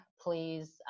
please